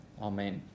Amen